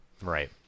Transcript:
right